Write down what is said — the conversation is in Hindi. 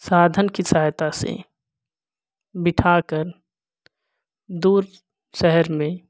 साधन की सहायता से बिठा कर दूर शहर में